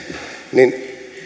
niin